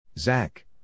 Zach